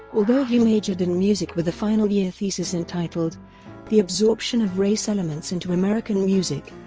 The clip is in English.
although he majored in music with a final year thesis entitled the absorption of race elements into american music,